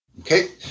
Okay